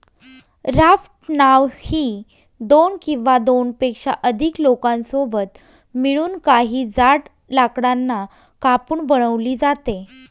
raft नाव ही दोन किंवा दोनपेक्षा अधिक लोकांसोबत मिळून, काही जाड लाकडांना कापून बनवली जाते